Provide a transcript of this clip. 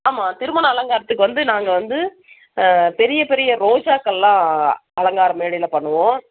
ஆமாம் திருமண அலங்காரத்துக்கு வந்து நாங்கள் வந்து பெரிய பெரிய ரோஜாக்கள்லாம் அலங்கார மேடையில் பண்ணுவோம்